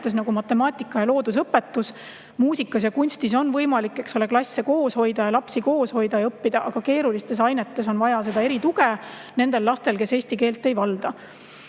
nagu on matemaatika ja loodusõpetus. Muusikas ja kunstis on võimalik, eks ole, klass koos hoida, lapsi koos hoida ja õppida, aga keerulistes ainetes on vaja nendel lastel, kes eesti keelt ei valda,